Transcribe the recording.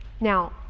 Now